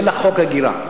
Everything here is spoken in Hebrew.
אין לה חוק הגירה.